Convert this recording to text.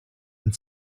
and